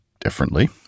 differently